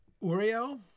Uriel